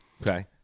Okay